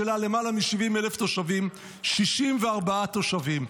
שבה למעלה מ-70,000 תושבים 64 תושבים.